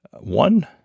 one